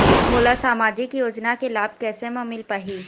मोला सामाजिक योजना के लाभ कैसे म मिल पाही?